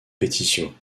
pétition